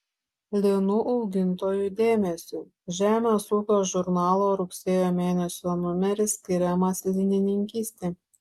linų augintojų dėmesiui žemės ūkio žurnalo rugsėjo mėnesio numeris skiriamas linininkystei